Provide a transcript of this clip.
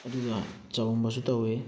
ꯑꯗꯨꯒ ꯆꯥꯛꯎꯝꯕꯁꯨ ꯇꯧꯋꯤ